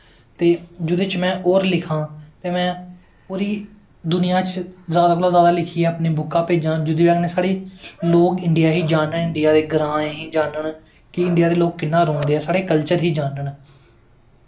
ते जेह्दे च में होर लिखा ते में ओह्दी दुनिया च लिखियै जैदा कोला दा जैदा बुक्कां भेजां जेह्दी बज़ाह् नै साढ़ी लोग इंडिया गी जानन इंडिया दे ग्राएं गी जानन कि इंडिया दे लोग कि'यां रौंह्दे ऐं साढ़े कल्चर गी जानन